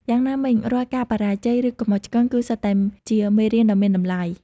យ៉ាងណាមិញ រាល់ការបរាជ័យ ឬកំហុសឆ្គង គឺសុទ្ធតែជាមេរៀនដ៏មានតម្លៃ។